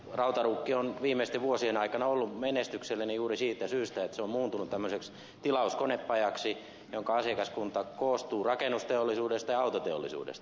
rautaruukki on viimeisten vuosien aikana ollut menestyksellinen juuri siitä syystä että se on muuntunut tämmöiseksi tilauskonepajaksi jonka asiakaskunta koostuu rakennusteollisuudesta ja autoteollisuudesta